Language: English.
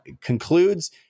concludes